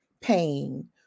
pain